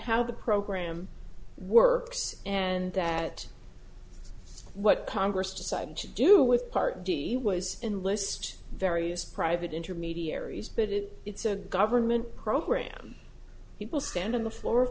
how the program works and that what congress decided to do with part d was and list various private intermediaries but it's a government program people stand on the floor of